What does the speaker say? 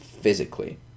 physically